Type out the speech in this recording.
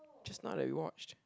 just now that we watched